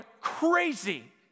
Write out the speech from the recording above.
crazy